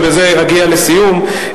ובזה אגיע לסיום,